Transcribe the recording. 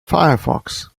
firefox